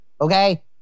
okay